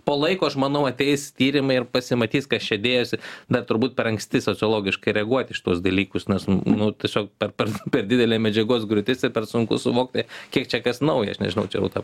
po laiko aš manau ateis tyrimai ir pasimatys kas čia dėjosi dar turbūt per anksti sociologiškai reaguoti į šituos dalykus nes nu tiesiog per per per didelė medžiagos griūtis ir per sunku suvokti kiek čia kas nauja aš nežinau čia rūta